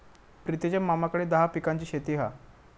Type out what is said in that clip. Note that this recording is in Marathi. प्रितीच्या मामाकडे दहा पिकांची शेती हा